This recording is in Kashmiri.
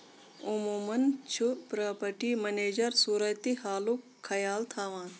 عموٗمَن چھُ پراپرٹی مینیجر صورتہِ حالُک خیال تھاوان